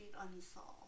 unsolved